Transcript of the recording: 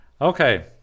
Okay